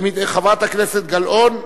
חברת הכנסת גלאון,